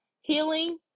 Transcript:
healing